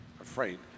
afraid